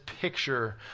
picture